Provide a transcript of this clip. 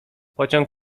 pociąg